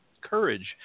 Courage